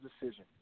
decision